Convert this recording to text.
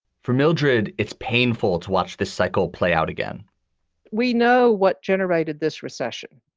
for mildred, it's painful to watch the cycle play out again we know what generated this recession,